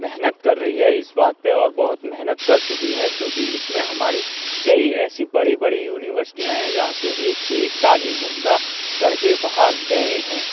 محنت کر رہی ہے اس بات پہ اور بہت محنت کر چکی ہے کیوں کہ اس میں ہماری کئی ایسی بڑی بڑی یونیورسٹیاں ہیں جہاں سے ایک سے ایک تعلیم عمدہ کر کے باہر گئے ہیں